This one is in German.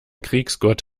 kriegsgott